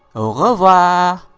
au revoir!